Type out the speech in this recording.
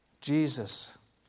Jesus